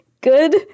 good